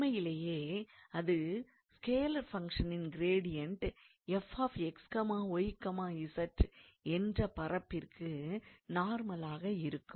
உண்மையிலே அது ஸ்கேலார் ஃபங்க்ஷனின் கிரேடியன்ட் 𝑓𝑥𝑦𝑧 என்ற பரப்பிற்கு நார்மலாக இருக்கும்